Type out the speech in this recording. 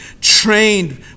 trained